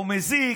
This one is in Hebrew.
שהוא מזיק,